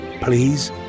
Please